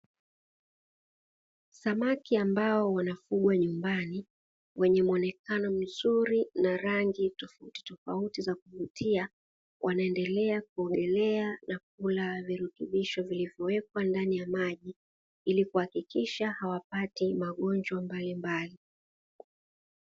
Samaki ambao wanafugwa nyumbani wenye muonekano mzuri na rangi tofautitofauti za kuvutia, wanaendelea kuogolea na kula virutubisho vilivyowekwa ndani ya maji ili kuhakikisha hawapati magonjwa mbalimbali.